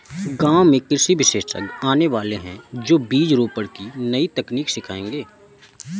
गांव में कृषि विशेषज्ञ आने वाले है, जो बीज रोपण की नई तकनीक सिखाएंगे